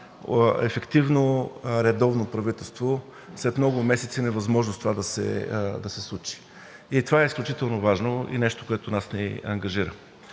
ефективно редовно правителство след много месеци невъзможност това да се случи. Това е изключително важно и нещо, което ни ангажира.